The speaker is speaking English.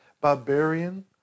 barbarian